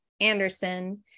Anderson